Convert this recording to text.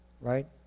right